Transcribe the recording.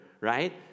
right